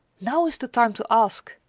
now is the time to ask,